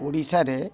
ଓଡ଼ିଶାରେ